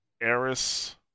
Eris